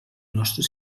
nostre